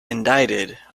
indicted